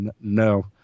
no